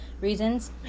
reasons